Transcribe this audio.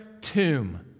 tomb